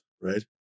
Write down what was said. right